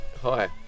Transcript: Hi